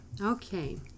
Okay